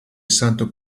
santo